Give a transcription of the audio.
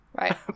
right